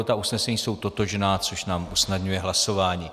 Ta usnesení jsou totožná, což nám usnadňuje hlasování.